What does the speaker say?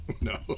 No